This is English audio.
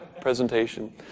presentation